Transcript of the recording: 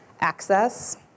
Access